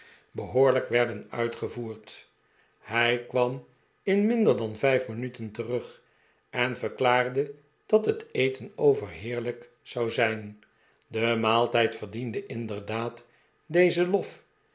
behoorlijk werden uitgevoerd hij kwam in minder dan vijf minuten terag en verklaarde dat het eten overheerlijk zou zijn de maaltijd verdiende inderdaad dezen lof